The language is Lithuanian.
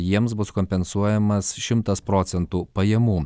jiems bus kompensuojamas šimtas procentų pajamų